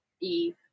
Eve